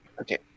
Okay